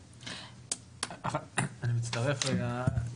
אני מצטרף רגע.